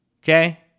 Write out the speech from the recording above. okay